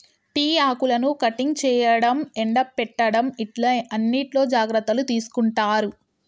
tea ఆకులను cutting చేయడం, ఎండపెట్టడం ఇట్లా అన్నిట్లో జాగ్రత్తలు తీసుకుంటారు